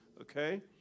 okay